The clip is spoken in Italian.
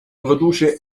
produce